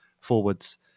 forwards